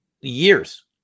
Years